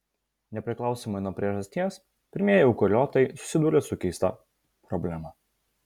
nepriklausomai nuo priežasties pirmieji eukariotai susidūrė su keista problema